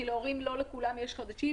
כי לא לכל ההורים יש רכבים חדשים,